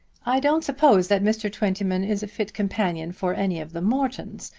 i don't suppose that mr. twentyman is a fit companion for any of the mortons,